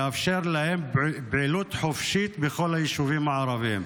מאפשר להן פעילות חופשית בכל היישובים הערביים.